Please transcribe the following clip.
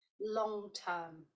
long-term